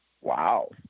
wow